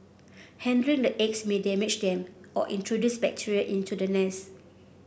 handling the eggs may damage them or introduce bacteria into the nest